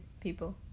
people